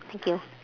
thank you